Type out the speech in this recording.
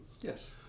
Yes